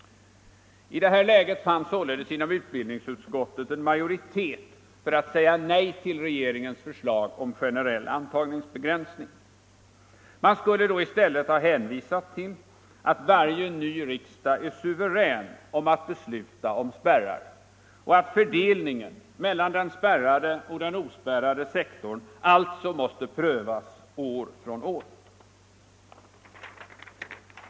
I det här läget fanns således inom utbildningsutskottet en majoritet för att säga nej till regeringens förslag om en generell antagningsbegränsning. Man skulle då i stället ha hänvisat till att varje ny riksdag är suverän att besluta om spärrar och att fördelningen mellan den spärrade och den ospärrade sektorn alltså måste prövas år från år.